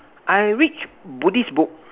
I reach buddhist book